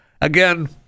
again